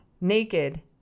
naked